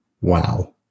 wow